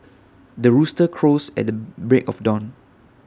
the rooster crows at the break of dawn